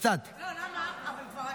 למה?